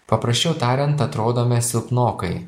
paprasčiau tariant atrodome silpnokai